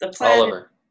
Oliver